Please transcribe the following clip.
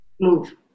move